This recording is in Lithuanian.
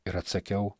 ir atsakiau